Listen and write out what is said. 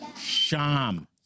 Sham